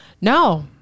No